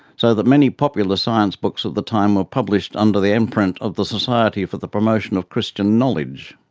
so that many popular science books of the time were published under the imprint of the society for the promotion of christian knowledge.